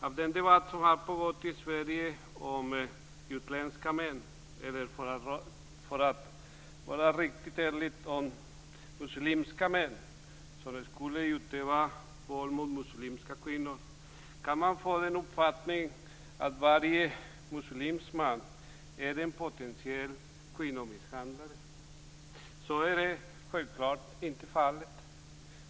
Av den debatt som har pågått i Sverige om utländska män, eller för att vara riktigt ärlig om muslimska män - som skulle utöva våld mot muslimska kvinnor - kan man få den uppfattningen att varje muslimsk man är en potentiell kvinnomisshandlare. Så är självklart inte fallet.